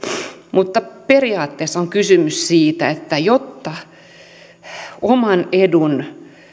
mutta periaatteessa on kysymys siitä että oman edun